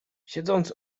siedząc